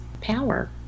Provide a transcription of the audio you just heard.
power